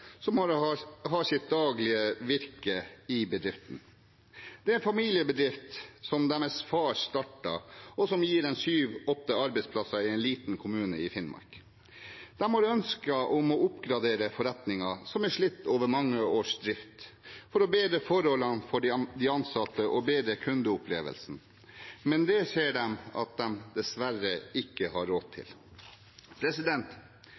har sitt daglige virke i bedriften. Det er en familiebedrift som deres far startet, og som gir syv–åtte arbeidsplasser i en liten kommune i Finnmark. De har ønske om å oppgradere forretningen, som er slitt etter mange års drift, for å bedre forholdene for de ansatte og bedre kundeopplevelsen. Men det ser de at de dessverre ikke har råd til.